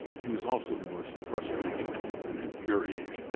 he was also the most frustrating and and infuriating.